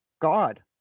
God